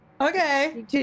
Okay